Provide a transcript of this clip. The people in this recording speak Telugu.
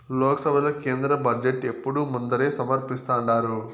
లోక్సభల కేంద్ర బడ్జెటు ఎప్పుడూ ముందరే సమర్పిస్థాండారు